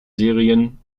serien